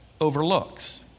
overlooks